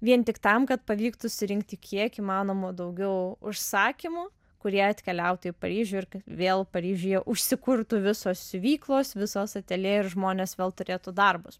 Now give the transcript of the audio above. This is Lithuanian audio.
vien tik tam kad pavyktų surinkti kiek įmanoma daugiau užsakymų kurie atkeliautų į paryžių ir kad vėl paryžiuje užsikurtų visos siuvyklos visos ateljė ir žmonės vėl turėtų darbus